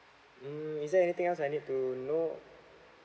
mm is there anything else I need to know